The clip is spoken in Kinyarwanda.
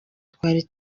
twari